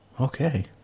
Okay